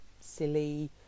silly